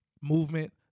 movement